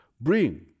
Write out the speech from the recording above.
bring